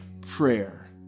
prayer